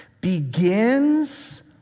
begins